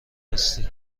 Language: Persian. هستی